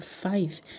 five